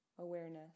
Awareness